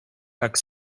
tak